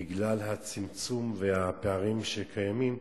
בגלל הצמצום והפערים שקיימים,